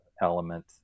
element